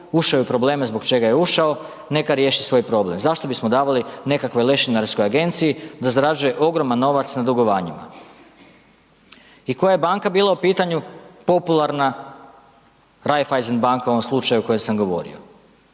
ušao je u probleme zbog čega je ušao, neka riješi svoj problem, zašto bismo davali nekakvoj lešinarskoj agenciji da zarađuje ogroman novac na dugovanjima. I koja je banka bila u pitanju popularna, Raiffeisen banka u ovom slučaju o kojem sam govorio.